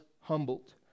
humbled